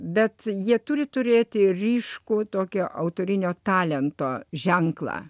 bet jie turi turėti ryškų tokio autorinio talento ženklą